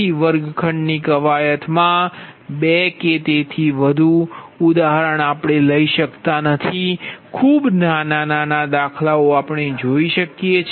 તેથી વર્ગખંડની કવાયતમાં બે થી વધુ નહીં ખૂબ નાના દાખલાઓ આપણે જોઈ શકીએ